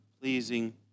pleasing